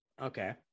okay